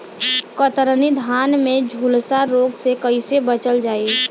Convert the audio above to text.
कतरनी धान में झुलसा रोग से कइसे बचल जाई?